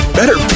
better